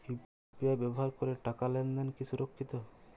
UPI ব্যবহার করে টাকা লেনদেন কি সুরক্ষিত?